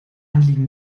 anliegen